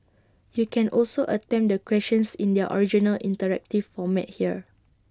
you can also attempt the questions in their original interactive format here